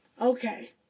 okay